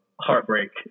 heartbreak